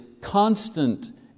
constant